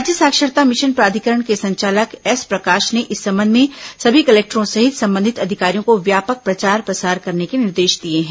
राज्य साक्षरता मिशन प्राधिकरण के संचालक एस प्रकाश ने इस संबंध में सभी कलेक्टरों सहित संबंधित अधिकारियों को व्यापक प्रचार प्रसार करने के निर्देश दिए हैं